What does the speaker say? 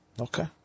Okay